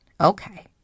Okay